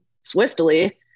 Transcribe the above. swiftly